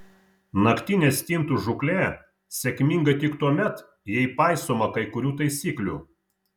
naktinė stintų žūklė sėkminga tik tuomet jei paisoma kai kurių taisyklių